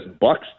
Bucks